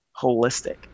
holistic